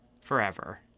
forever